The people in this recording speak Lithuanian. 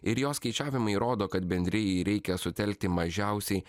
ir jo skaičiavimai rodo kad bendrijai reikia sutelkti mažiausiai